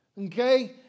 okay